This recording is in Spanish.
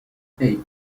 hey